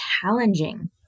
challenging